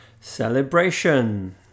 Celebration